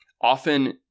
often